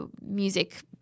music